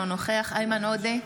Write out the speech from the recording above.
אינו נוכח איימן עודה,